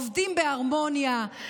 עובדים בהרמוניה,